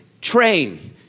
train